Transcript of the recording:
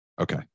Okay